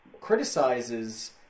criticizes